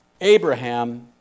Abraham